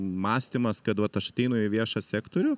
mąstymas kad vat aš ateinu į viešą sektorių